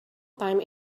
time